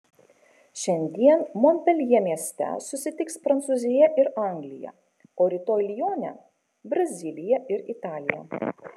šiandien monpeljė mieste susitiks prancūzija ir anglija o rytoj lione brazilija ir italija